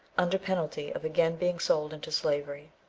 under penalty of again being sold into slavery.